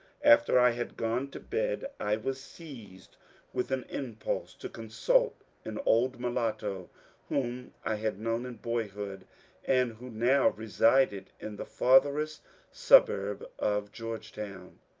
after i had gone to bed i was seized with an impulse to consult an old mulatto whom i had known in boyhood and who now resided in the farthest suburb of georgetown.